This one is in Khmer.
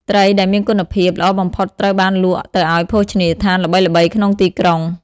ត្រីដែលមានគុណភាព ល្អបំផុតត្រូវបានលក់ទៅឱ្យភោជនីយដ្ឋានល្បីៗក្នុងទីក្រុង។